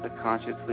consciously